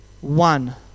one